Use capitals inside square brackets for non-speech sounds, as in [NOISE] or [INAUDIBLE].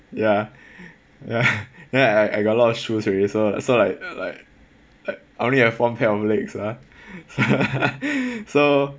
ya [BREATH] ya [LAUGHS] ya I I got a lot of shoes already so so like like I only have one pair of legs ah [LAUGHS] so